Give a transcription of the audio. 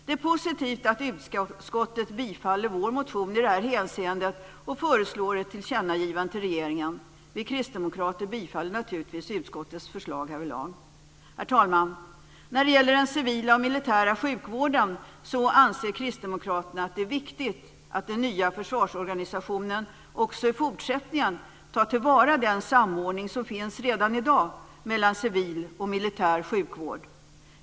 Det är positivt att utskottet bifaller vår motion i detta hänseende och föreslår ett tillkännagivande till regeringen. Vi kristdemokrater bifaller naturligtvis utskottets förslag härvidlag. Herr talman! När det gäller den civila och militära sjukvården anser kristdemokraterna att det är viktigt att den nya försvarsorganisationen också i fortsättningen tar till vara den samordning som finns redan i dag mellan civil och militär sjukvård.